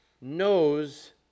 knows